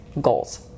goals